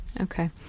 Okay